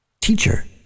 Teacher